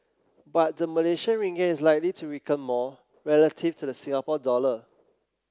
but the Malaysian Ringgit is likely to weaken more relative to the Singapore dollar